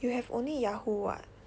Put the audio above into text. you have only Yahoo what